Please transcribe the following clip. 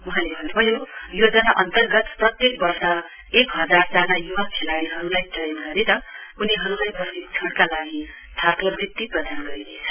वहाँले भन्नुभयो योजना अन्तर्गत प्रत्येक वर्ष एक हजार जना खेलाड़ीहरुलाई चयन गरेर उनीहरुलाई प्रशिक्षणका लागि छात्रवृत्ति प्रदान गरिनेछ